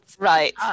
right